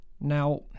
Now